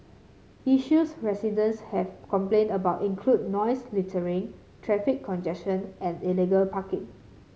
issues residents have complained about include noise littering traffic congestion and illegal parking